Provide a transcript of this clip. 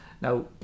now